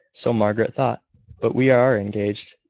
so margaret thought but we are engaged.